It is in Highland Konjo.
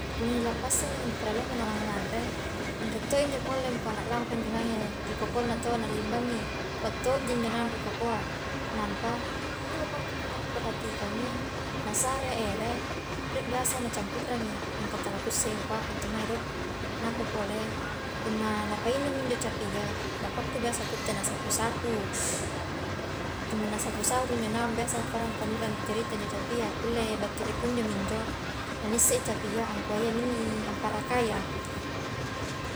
Dilappassangi na dipalalloang punna anganrei anre to injo pole angkua lampai ri kokongna taua na limbangi kua to ji injo naung ri kokoa, nampa injo bapakku punna kuperhatikangi, nasare ere rie biasa nacampurrangi mingka tala kusse i ngkua apa intu mai do, napa pole punna napainungmi injo capia bapakku kutte nasapu-nasapu punna nasapu-sapu injo naung biasa pada naurang carita injo capia, kulle battu ri kunjomi injo na nisse i capia angkua iyami inni amparakai a.